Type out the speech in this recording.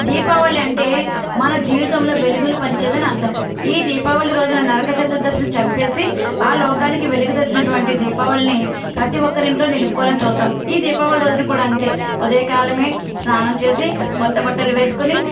దీపావళి అంటే మన జీవితంలో వెలుగులు పంచేదని అర్థం ఈ దీపావళి రోజున నరక చతుర్దశిన చంపేసి ఆ లోకానికి వెలుగు తెచ్చినటువంటి దీపావళిని ప్రతీ ఒక్కరి ఇంట్లో నిలుపుకోవాలని చూస్తాము ఈ దీపావళి రోజున కూడా అంతే ఉదయకాలమే స్నానం చేసి క్రొత్త బట్టలు వేసుకొని